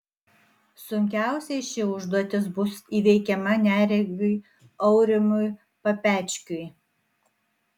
sunkiausiai ši užduotis bus įveikiama neregiui aurimui papečkiui